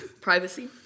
Privacy